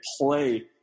play